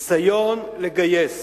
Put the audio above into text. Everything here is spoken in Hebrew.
ניסיון לגייס